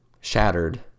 shattered